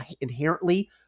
inherently